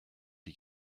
die